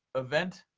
event,